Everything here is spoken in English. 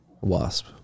Wasp